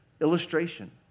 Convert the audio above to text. illustration